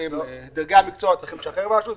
דרגי המקצוע צריכים לשחרר משהו.